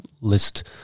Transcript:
list